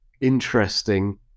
interesting